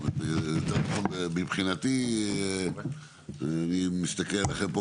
נכון מבחינתי אני מסתכל עליכם פה